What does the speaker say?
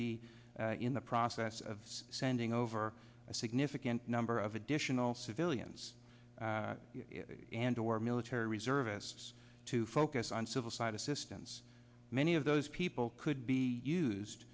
be in the process of sending over a significant number of additional civilians and or military reservists to focus on civil side assistance many of those people could be